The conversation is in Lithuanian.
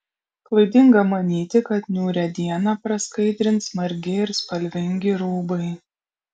klaidinga manyti kad niūrią dieną praskaidrins margi ir spalvingi rūbai